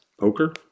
poker